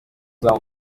ukora